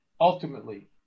ultimately